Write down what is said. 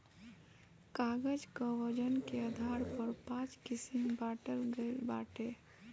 कागज कअ वजन के आधार पर पाँच किसिम बांटल गइल बाटे